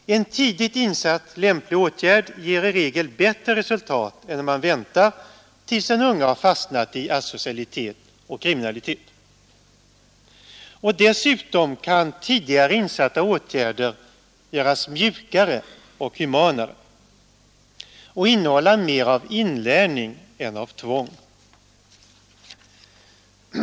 En tidigt insatt lämplig åtgärd ger i regel bättre resultat än om man väntar tills den unge har fastnat i asocialitet och kriminalitet. Dessutom kan tidigare insatta åtgärder göras mjukare och humanare och innehålla mer av inlärning än av tvång.